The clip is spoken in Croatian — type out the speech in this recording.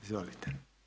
Izvolite.